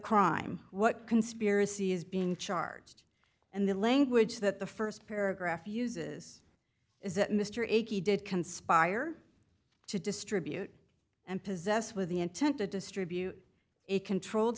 crime what conspiracy is being charged and the language that the st paragraph uses is that mr ag did conspire to distribute and possess with the intent to distribute a controlled